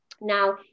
Now